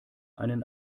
einen